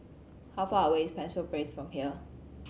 how far away is Penshurst Place from here